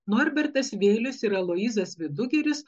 norbertas vėlius ir aloyzas vidugiris